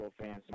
fans